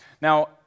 Now